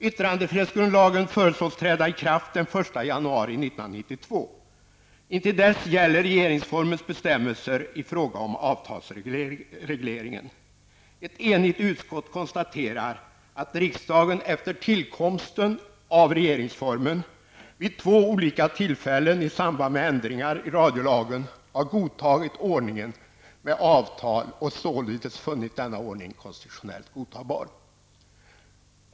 Yttrandefrihetsgrundlagen föreslås träda i kraft den 1 januari 1992. Intill dess gäller regeringsformens bestämmelser i frågan om avtalsregleringen. Ett enigt utskott konstaterar att riksdagen efter tillkomsten av regeringsformen vid två olika tillfällen i samband med ändringar i radiolagen har godtagit ordningen med avtal och således funnit denna ordning konstitutionellt godtagbar.